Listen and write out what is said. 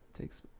Takes